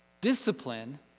Discipline